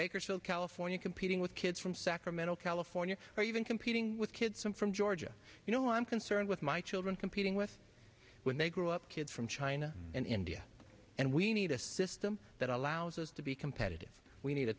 bakersfield california competing with kids from sacramento california or even competing with kids from georgia you know i'm concerned with my children competing with when they grow up kids from china and india and we need a system that allows us to be competitive we need a